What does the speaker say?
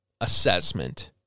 Assessment